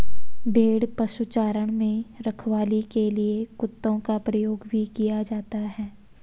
भेड़ पशुचारण में रखवाली के लिए कुत्तों का प्रयोग भी किया जाता है